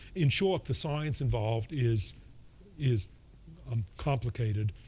in short, the science involved is is um complicated.